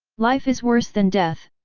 life is worse than death.